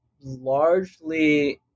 largely –